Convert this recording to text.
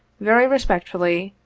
very respectfully,